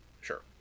sure